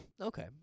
Okay